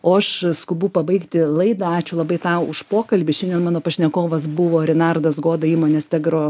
o aš skubu pabaigti laidą ačiū labai tau už pokalbį šiandien mano pašnekovas buvo renaldas goda įmonės tegro